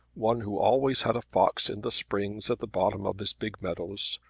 one who always had a fox in the springs at the bottom of his big meadows,